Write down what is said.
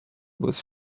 was